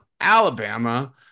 Alabama